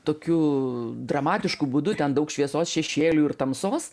tokiu dramatišku būdu ten daug šviesos šešėlių ir tamsos